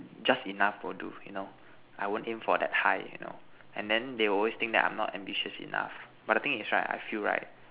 just enough will do you know I won't aim for that high you know and then they will always think that I'm not ambitious enough but the thing is right I feel right